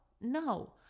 No